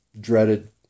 dreaded